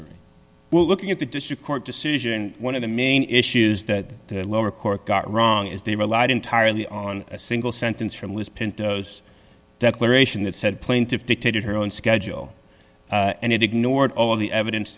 jury will looking at the district court decision one of the main issues that the lower court got wrong is they relied entirely on a single sentence from liz pintos declaration that said plaintiff dictated her own schedule and it ignored all the evidence